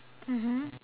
mmhmm